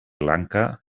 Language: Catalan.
lanka